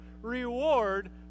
reward